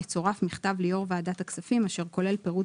יצורף מכתב ליו"ר ועדת הכספים אשר כולל פירוט